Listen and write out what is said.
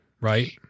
Right